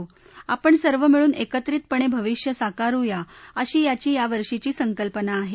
आपण सर्व मिळून एकत्रितपणे भविष्य साकारुया अशी याची या वर्षींची संकल्पना आहे